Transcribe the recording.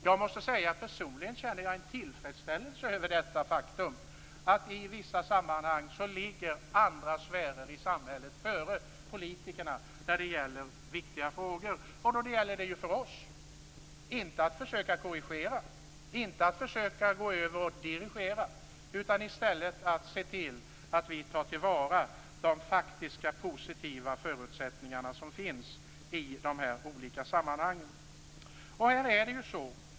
Jag måste säga att personligen känner jag en tillfredsställelse över det faktum att i vissa sammanhang ligger andra sfärer i samhället före politikerna i viktiga frågor. Då gäller det ju för oss att inte försöka korrigera och inte att försöka gå över till att dirigera, utan att i stället se till att vi tar till vara de faktiska positiva förutsättningar som finns i dessa olika sammanhang.